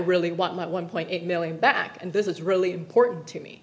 really want my one point eight million back and this is really important to me